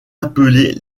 appelés